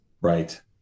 Right